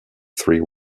three